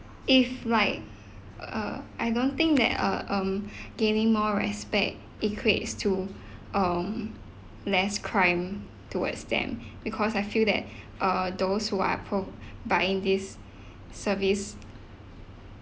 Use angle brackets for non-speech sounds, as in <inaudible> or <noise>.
if like uh I don't think that uh um <breath> gaining more respect equates to um less crime towards them because I feel that uh those who are pro~ buying this service